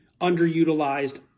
underutilized